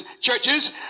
churches